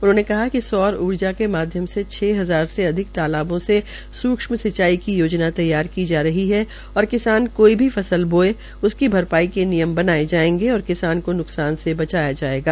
उन्होंने कहा कि सौर ऊर्जा के माध्यम छ हजार में अधिक अधिक तालाबों से सूक्ष्म सिंचाई की योजना तैयार की जा रही है और किसान कोई भी फसल बाये उसकी भरपाई के नियम बनायें जायेंगे और किसानों को नुकसान से बचाया जायेगा